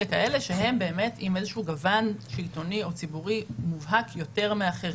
באמת עם איזשהו גוון שלטוני או ציבורי מובהק יותר מאחרים.